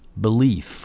belief